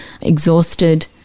exhausted